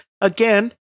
again